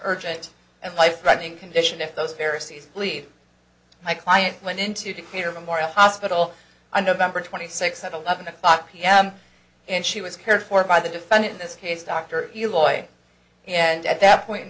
urgent and life threatening condition if those ferris's leave my client went into decatur memorial hospital on november twenty sixth at eleven o'clock pm and she was cared for by the defendant in this case dr lloyd and at that point in